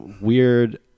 weird